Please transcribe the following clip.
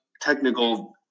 technical